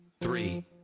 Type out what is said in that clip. three